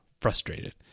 frustrated